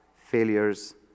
failures